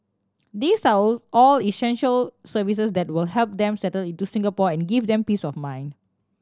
these are all all essential services that will help them settle into Singapore and give them peace of mind